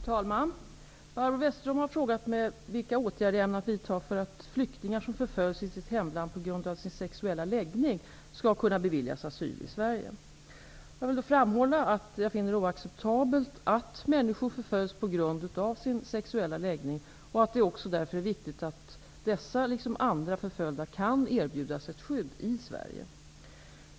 Fru talman! Barbro Westerholm har frågat mig vilka åtgärder jag ämnar vidta för att flyktingar som förföljs i sitt hemland på grund av sin sexuella läggning skall kunna beviljas asyl i Sverige. Jag vill framhålla att jag finner det oacceptabelt att människor förföljs på grund av sin sexuella läggning och att det också därför är viktigt att dessa liksom andra förföljda kan erbjudas ett skydd i Sverige.